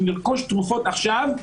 שנרכוש תרופות עכשיו,